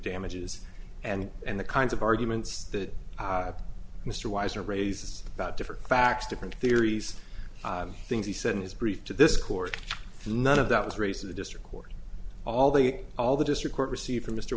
damages and and the kinds of arguments that mr wiser raises about different facts different theories things he said in his brief to this court none of that was raised to the district court all the all the district court received from m